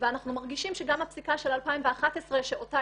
ואנחנו מרגישים שגם הפסיקה של 2011 שאותה